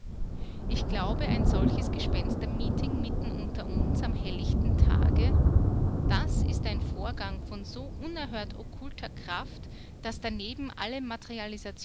ich glaube ein solches gespenstermeeting mitten unter uns am hellen tage das ist ein vorgang von so unerhört okkulter kraft daß daneben alle